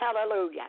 Hallelujah